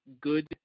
good